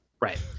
right